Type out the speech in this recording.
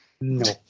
No